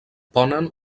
ponen